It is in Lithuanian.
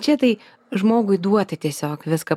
čia tai žmogui duota tiesiog viską